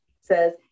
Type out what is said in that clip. says